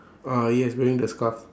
ah yes wearing the scarf